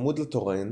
צמוד לתורן